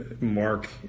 Mark